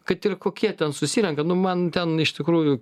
kad ir kokie ten susirenka nu man ten iš tikrųjų